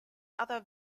other